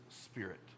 Spirit